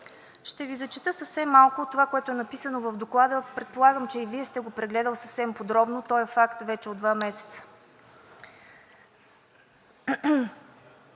ще Ви зачета съвсем малко от това, което е написано в Доклада. Предполагам, че и Вие сте го прегледали съвсем подробно, то е факт вече от два месеца.